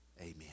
Amen